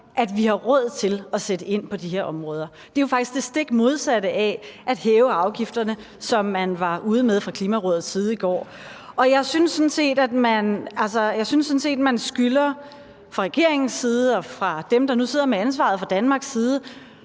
at vi har råd til at sætte ind på de her områder. Det er jo faktisk det stik modsatte af at hæve afgifterne, som man var ude med fra Klimarådets side i går. Jeg synes sådan set, at man fra regeringens side og fra dem, der nu sidder med ansvaret for Danmarks side,